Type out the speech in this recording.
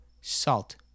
salt